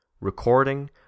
Recording